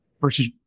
versus